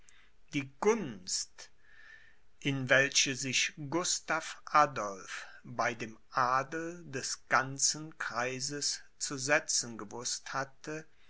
die gunst in welche sich gustav adolph bei dem adel des ganzen kreises zu setzen gewußt hatte